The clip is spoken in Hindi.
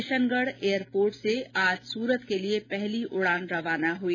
किशनगढ़ एयरपोर्ट से आज सूरत के लिए पहली उड़ान रवाना हुई